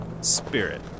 Spirit